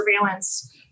surveillance